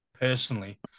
personally